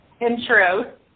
intro